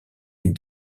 une